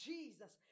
Jesus